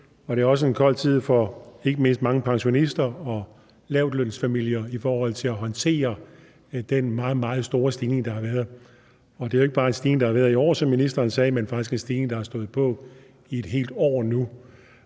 og det er også en kold tid for ikke mindst mange pensionister og lavtlønsfamilier i forhold til at håndtere den meget, meget store stigning, der har været. Og det er jo ikke bare en stigning, der har været i år, som ministeren sagde, men det er faktisk en stigning, der har stået på i et helt år nu.